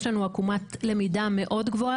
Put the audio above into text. יש לנו עקומת למידה גבוהה מאוד,